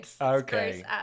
okay